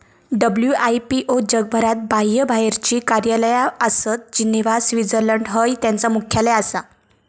WIPO जगभरात बाह्यबाहेरची कार्यालया आसत, जिनेव्हा, स्वित्झर्लंड हय त्यांचा मुख्यालय आसा